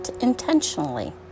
intentionally